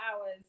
hours